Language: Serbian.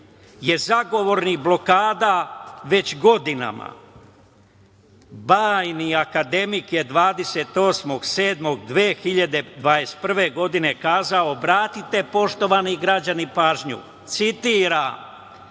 je zagovornik blokada, već godinama. Bajni akademik je 28. jula 2021. godine kazao, obratite poštovani građani pažnju, citiram